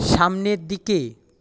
সামনের দিকে